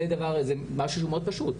זה משהו שהוא מאוד פשוט.